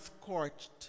scorched